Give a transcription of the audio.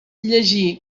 llegir